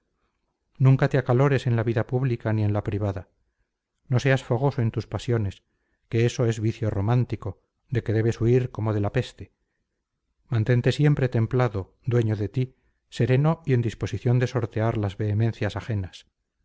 nunca te acalores en la vida pública ni en la privada no seas fogoso en tus pasiones que eso es vicio romántico de que debes huir como de la peste mantente siempre templado dueño de ti sereno y en disposición de sortear las vehemencias ajenas